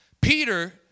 Peter